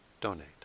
donate